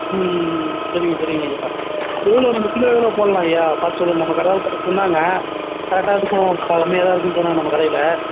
ம் ம் ம் ம் சரிங்க சரிங்கய்யா எவ்வளோ நம்ம கிலோ எவ்வளோ போடலாம்ய்யா பார்த்து சொல்லுங்கள் நம்ம கடை ஒருத்தர் சொன்னாங்க கரெக்டாக இருக்கும் ப கம்மியாக தான் இருக்கும்ன்னு சொன்னாங்க நம்ம கடையில்